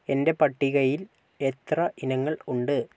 എൻ്റെ പട്ടികയിൽ എത്ര ഇനങ്ങൾ ഉണ്ട്